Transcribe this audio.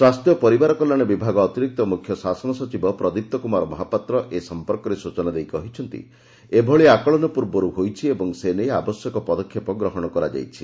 ସ୍ୱାସ୍ଥ୍ୟ ଓ ପରିବାର କଲ୍ୟାଣ ବିଭାଗ ଅତିରିକ୍ତ ମୁଖ୍ୟ ଶାସନ ସଚିବ ପ୍ରଦୀପ୍ତ କୁମାର ମହାପାତ୍ର ଏ ସମ୍ପର୍କରେ ସୂଚନା ଦେଇ କହିଛନ୍ତି ଏଭଳି ଆକଳନ ପୂର୍ବରୁ ହୋଇଛି ଏବଂ ସେ ନେଇ ଆବଶ୍ୟକ ପଦକ୍ଷେପ ଗ୍ରହଶ କରାଯାଇଛି